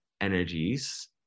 energies